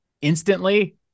instantly